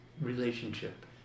relationship